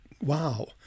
wow